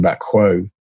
Quo